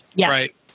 right